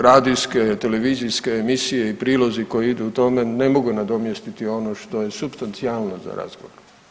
Radijske, televizijske emisije i prilozi koji idu o tome ne mogu nadomjestiti ono što je supstancijalno za razgovor.